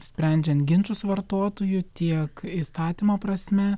sprendžiant ginčus vartotojų tiek įstatymo prasme